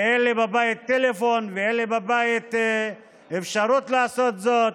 ואין לי בבית טלפון ואין לי בבית אפשרות לעשות זאת.